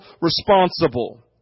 responsible